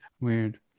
weird